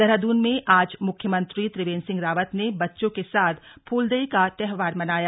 देहरादून में आज मुख्यमंत्री त्रिवेंद्र सिंह रावत ने बच्चों के साथ फूलदेई का त्यौहार मनाया